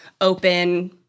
open